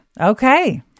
Okay